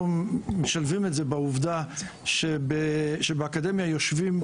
משלבים את זה בעובדה שבאקדמיה יושבים,